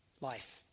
life